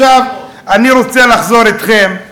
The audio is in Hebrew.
עכשיו אני רוצה לחזור אתכם,